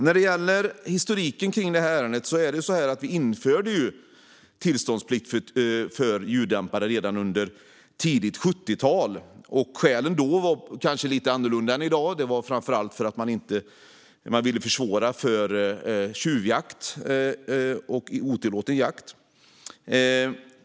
När det gäller historiken för ärendet införde vi tillståndsplikt för ljuddämpare redan under tidigt 70-tal. Skälen då var kanske lite annorlunda än i dag. Det handlade framför allt om att man ville försvåra tjuvjakt och otillåten jakt.